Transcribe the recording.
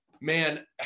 man